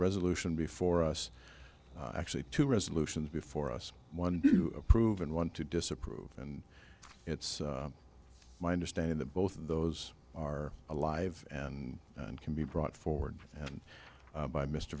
resolution before us actually two resolutions before us one proven one to disapprove and it's my understanding that both of those are alive and can be brought forward and by mr